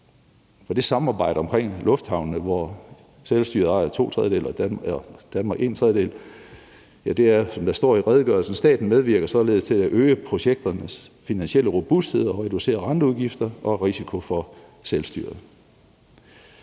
og det samarbejde, der er omkring lufthavnene, hvor selvstyret ejer to tredjedele og Danmark en tredjedel. Som det står i redegørelsen: »Staten medvirker således til at øge projektets finansielle robusthed og reducerer renteudgifter og risiko for selvstyret«.